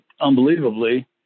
unbelievably